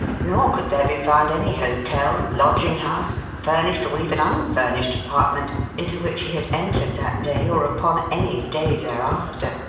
nor could there be found any hotel, lodging-house, furnished or even unfurnished apartment into which he had entered that day or upon any day thereafter.